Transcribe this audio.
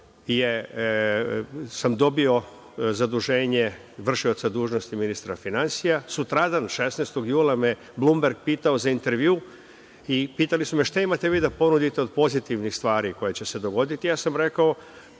sam dobio zaduženje vršioca dužnosti ministra finansija. Sutradan 16. jula me je Blumberg pitao za intervju i pitali su me - šta imate vi da ponudite od pozitivnih stvari koje će se dogoditi? Ja sam pogledao